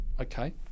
okay